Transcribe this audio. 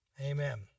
Amen